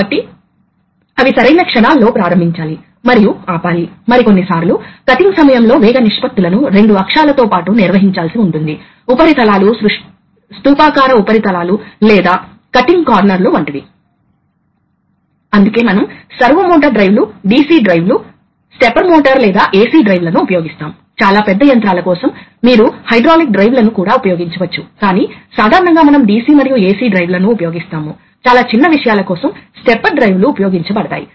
కాబట్టి ఇది పూర్తయింది ఇది ఒక విలక్షణమైన నిర్మాణం అని మీకు తెలుసు ప్రాథమిక ఆలోచన ఏమిటంటే ప్రెషర్ సృష్టించడానికి మరియు వాస్తవ వాల్వ్ ను మార్చడానికి గాలి ప్రవహించేటప్పుడు మీరు ఒక ఛాంబర్ ని దాని మార్గంలో ఉంచినట్లయితే అప్పుడు పైలట్ నుండి వచ్చే ఇన్కమింగ్ గాలి ఆ ఛాంబర్ ని పూరించడానికి ముందు ప్రెషర్ అభివృద్ధి చెంది ప్రధాన వాల్వ్ను మార్చగలదు